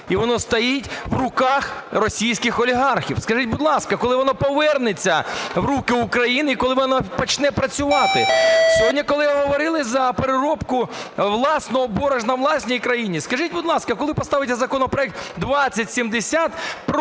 І воно стоїть в руках російських олігархів. Скажіть, будь ласка, коли воно повернеться в руки України і коли воно почне працювати? Сьогодні колеги говорили за переробку власного борошна, у власній країні. Скажіть, будь ласка, коли поставиться законопроект 2070